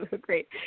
great